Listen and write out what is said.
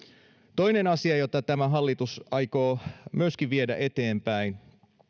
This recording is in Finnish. toinen asia jota tämä hallitus aikoo myöskin viedä eteenpäin